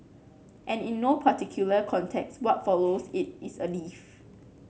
and in no particular context what follows it is a leaf